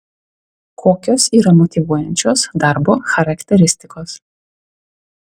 kokios yra motyvuojančios darbo charakteristikos